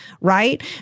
right